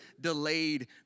delayed